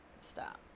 Stop